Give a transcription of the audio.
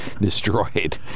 destroyed